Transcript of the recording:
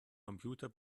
computer